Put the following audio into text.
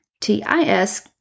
TIS